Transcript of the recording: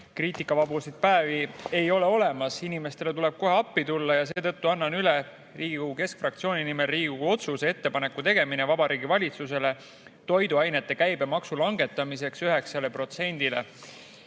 Kriitikavabu päevi ei ole olemas, inimestele tuleb kohe appi tulla. Seetõttu annan üle Riigikogu keskfraktsiooni nimel Riigikogu otsuse "Ettepaneku tegemine Vabariigi Valitsusele toiduainete käibemaksu langetamiseks